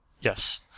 Yes